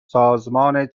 سازمان